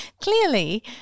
clearly